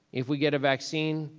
if we get a vaccine,